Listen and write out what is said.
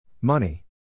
Money